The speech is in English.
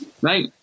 Right